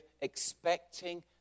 expecting